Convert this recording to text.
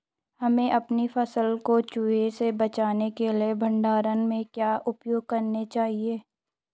हमें अपनी फसल को चूहों से बचाने के लिए भंडारण में क्या उपाय करने चाहिए?